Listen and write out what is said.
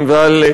מי בעד?